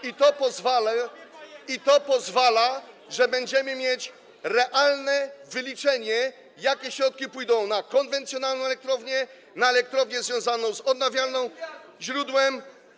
I to pozwali na to, że będziemy mieć realne wyliczenie, jakie środki pójdą na konwencjonalną elektrownię, na elektrownię związaną z odnawialnym źródłem.